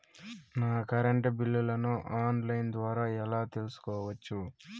నా కరెంటు బిల్లులను online ద్వారా ఎలా తెలుసుకోవచ్చు?